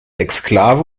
exklave